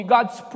God's